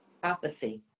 prophecy